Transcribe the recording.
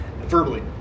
verbally